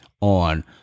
on